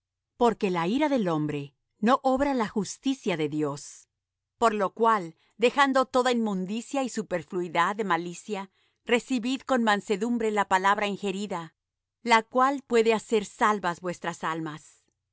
porque la ira del hombre no obra la justicia de dios por lo cual dejando toda inmundicia y superfluidad de malicia recibid con mansedumbre la palabra ingerida la cual puede hacer salvas vuestras almas